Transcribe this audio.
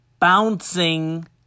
Bouncing